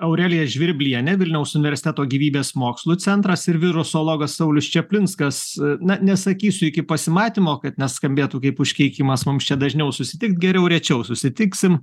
aurelija žvirblienė vilniaus universiteto gyvybės mokslų centras ir virusologas saulius čaplinskas na nesakysiu iki pasimatymo kad neskambėtų kaip užkeikimas mums čia dažniau susitikt geriau rečiau susitiksim